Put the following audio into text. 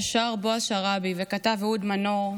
ששר בועז שרעבי וכתב אהוד מנור,